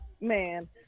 man